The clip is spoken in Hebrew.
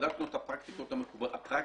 בדקנו את הפרקטיקות - הפרקטיקות,